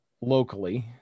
locally